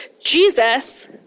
Jesus